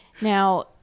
Now